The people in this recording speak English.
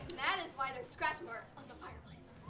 that is why there's scratch marks on the fireplace.